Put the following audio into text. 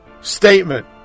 statement